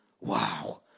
Wow